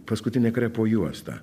paskutinė krepo juosta